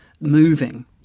moving